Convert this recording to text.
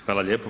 Hvala lijepa.